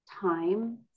time